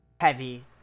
heavy